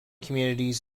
communities